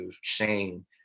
shame